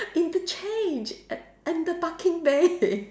interchange at at the parking bay